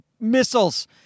missiles